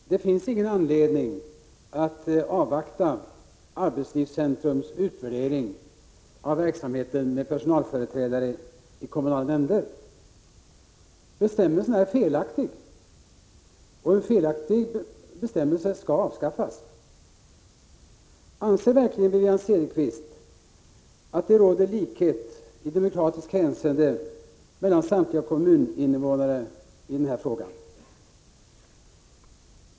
Fru talman! Det finns ingen anledning att avvakta arbetslivscentrums utvärdering av verksamheten med personalföreträdare i kommunala nämnder. Bestämmelsen är felaktig, och en felaktig bestämmelse skall avskaffas. Anser verkligen Wivi-Anne Cederqvist att det råder likhet i demokratiskt hänseende mellan samtliga kommuninvånare i den här frågan?